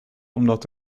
omdat